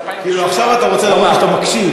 כאילו, עכשיו אתה רוצה להראות לי שאתה מקשיב.